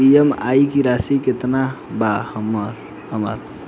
EMI की राशि केतना बा हमर?